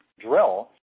drill